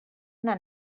una